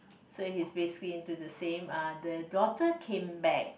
so he basically into the same ah daughter came back